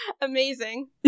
Amazing